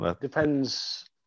Depends